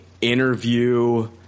interview